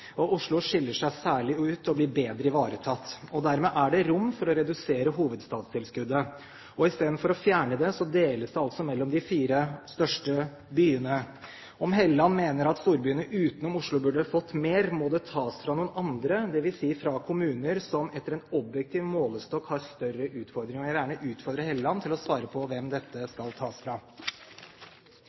og sosiale forhold, og Oslo skiller seg særlig ut og blir bedre ivaretatt. Dermed er det rom for å redusere hovedstadstilskuddet. Istedenfor å fjerne det deles det altså mellom de fire største byene. Om Helleland mener at storbyene utenom Oslo burde fått mer, må det tas fra noen andre, dvs. fra kommuner som etter en objektiv målestokk har større utfordringer. Jeg vil gjerne utfordre Helleland til å svare på hvem dette skal tas fra.